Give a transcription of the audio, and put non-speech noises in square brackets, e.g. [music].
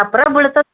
[unintelligible] ಬೀಳ್ತದೆ